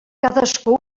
cadascú